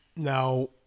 Now